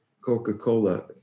Coca-Cola